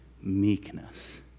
meekness